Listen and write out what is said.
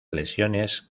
lesiones